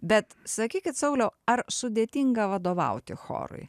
bet sakykit sauliau ar sudėtinga vadovauti chorui